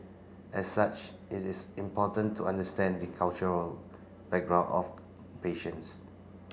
as such it is important to understand the cultural background of patients